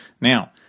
Now